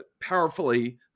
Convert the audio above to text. powerfully